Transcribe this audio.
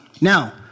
Now